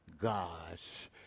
God's